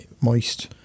moist